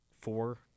four